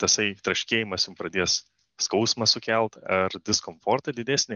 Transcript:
tasai traškėjimas jum pradės skausmą sukelt ar diskomfortą didesnį